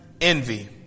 envy